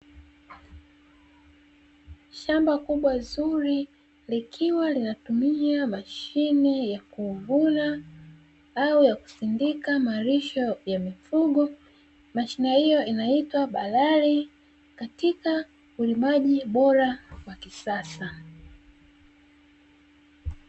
Shamba kubwa zuri likiwa linatumia mashine ya kuvuna au ya kusindika malisho ya mifugo, mashine hiyo inaitwa balali katika ulimaji bora wa kisasa.